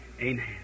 amen